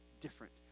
different